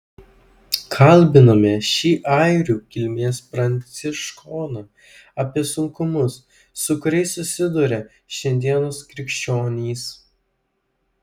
kalbiname šį airių kilmės pranciškoną apie sunkumus su kuriais susiduria šiandienos krikščionys